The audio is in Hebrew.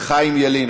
חיים ילין.